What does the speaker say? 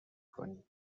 کنیم